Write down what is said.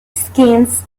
scenes